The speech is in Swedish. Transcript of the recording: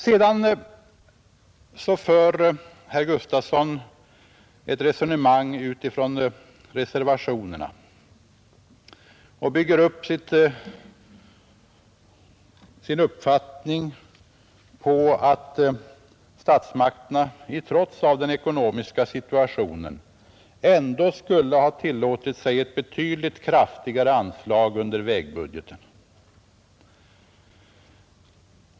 Sedan för herr Gustafson ett resonemang utifrån reservationerna och bygger sin uppfattning på att statsmakterna trots den ekonomiska situationen borde ha tillåtit sig ett betydligt kraftigare anslag under vägbudgeten.